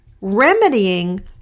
remedying